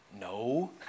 No